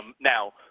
Now